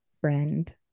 friend